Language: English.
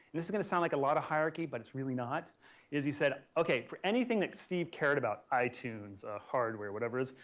this is going to sound like a lot of hierarchy, but it's really not is he said ok for anything that steve cared about, i-tunes, hardware, whatever it is.